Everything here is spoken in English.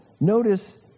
Notice